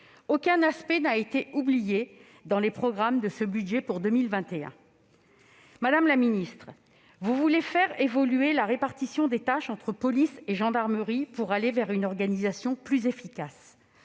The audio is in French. Aucun aspect n'a été oublié dans les programmes de ce budget pour 2021. Madame la ministre, vous voulez faire évoluer la répartition des tâches entre police et gendarmerie pour aller vers une organisation plus efficace.